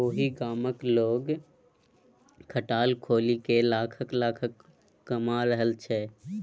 ओहि गामक लोग खटाल खोलिकए लाखक लाखक कमा रहल छै